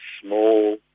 small